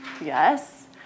Yes